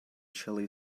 chilly